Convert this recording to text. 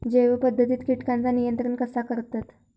जैव पध्दतीत किटकांचा नियंत्रण कसा करतत?